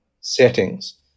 settings